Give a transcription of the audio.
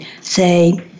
say